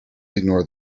ignore